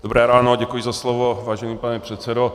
Dobré ráno a děkuji za slovo, vážený pane předsedo.